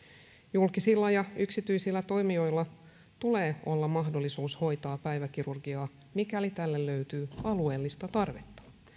julkisilla ja yksityisillä toimijoilla tulee olla mahdollisuus hoitaa päiväkirurgiaa mikäli tälle löytyy alueellista tarvetta